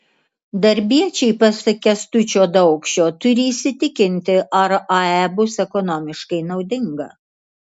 darbiečiai pasak kęstučio daukšio turi įsitikinti ar ae bus ekonomiškai naudinga